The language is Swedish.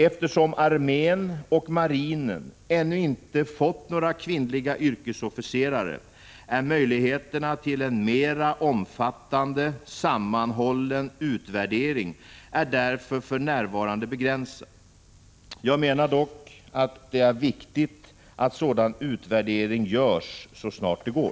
Eftersom armén och marinen ännu inte har fått några kvinnliga yrkesofficerare är möjligheterna till en mera omfattande, sammanhållen utvärdering därför för närvarande begränsade. Jag menar dock att det är viktigt att sådan utvärdering görs så snart det går.